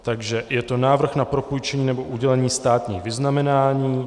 Takže je to návrh na propůjčení nebo udělení státních vyznamenání.